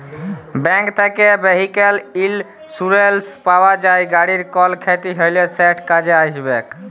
bank থ্যাকে vehicle insurance পাউয়া যায়, গাড়ির কল খ্যতি হ্যলে সেট কাজে আইসবেক